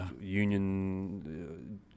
Union